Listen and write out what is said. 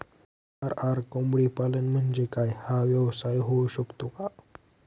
RR कोंबडीपालन म्हणजे काय? हा व्यवसाय होऊ शकतो का?